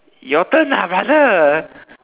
your turn ah brother